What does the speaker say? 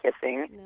kissing